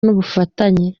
n’ubufatanye